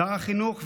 שר החינוך,